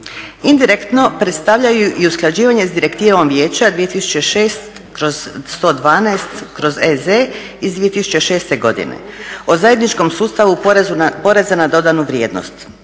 Indirektno predstavljaju i usklađivanje s Direktivom Vijeća 2006/112/EZ iz 2006. godine o zajedničkom sustava PDV-a čija je